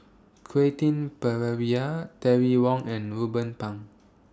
Quentin Pereira Terry Wong and Ruben Pang